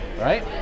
Right